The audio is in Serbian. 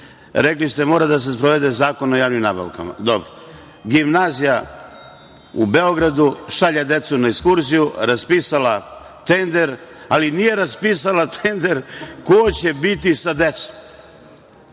rekli ste – mora da se sprovede Zakon o javnim nabavkama. Dobro. Gimnazija u Beogradu šalje decu na ekskurziju, raspisala tender, ali nije raspisala tender ko će biti sa decom.